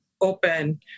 open